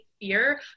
fear